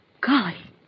Golly